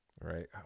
right